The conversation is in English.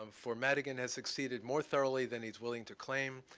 um for madigan has succeeded more thoroughly than he's willing to claim.